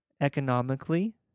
economically